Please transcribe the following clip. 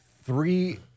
three